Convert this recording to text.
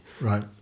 right